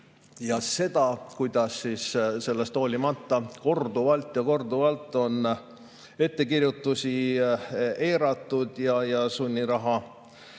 ja seda, kuidas sellest hoolimata korduvalt ja korduvalt on ettekirjutusi eiratud ja sunniraha